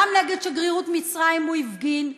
גם נגד שגרירות מצרים הוא הפגין,